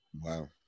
Wow